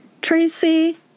Tracy